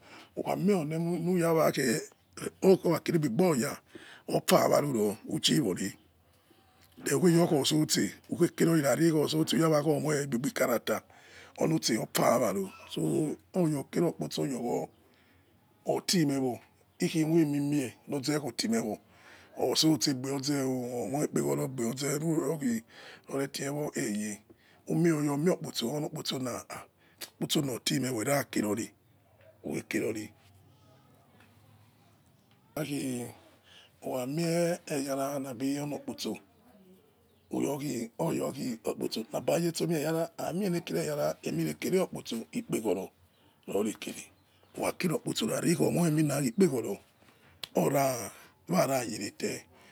Ukha mie umie ura wa khe, orore o, a kire gbebo oya wafa airuro uchi wore, ughe yori osose ughe yori osose but omie aigbe character olose ofa, ofawa mo so oya kere okposo yo otpe mie ikhi mieme mie loze kho ti mie wo osose orge omi kpeghono oze emuro khi otiwo eye umie oya mio okposo oya olokposo na otimewo ira keseo ori ughe kere ri yekhi ukha mie eya ra labi olo okposo, nabil olo okposo aimie ya sonie eyara emile kere okposo ikpeghoro rose kere ukha kere okposo rari omio mina ikpeghoro wana yere te